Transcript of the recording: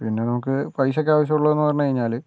പിന്നെ നമുക്ക് പൈസക്കാവശ്യമുള്ളതെന്ന് പറഞ്ഞ് കഴിഞ്ഞാൽ